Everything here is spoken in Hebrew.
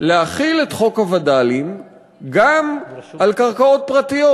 להחיל את חוק הווד"לים גם על קרקעות פרטיות.